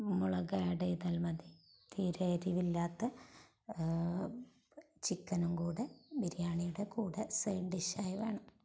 മുളക് ആഡ് ചെയ്താൽ മതി തീരെ എരിവില്ലാത്ത ചിക്കനുംകൂടെ ബിരിയാണിയുടെ കൂടെ സൈഡ് ഡിഷായി വേണം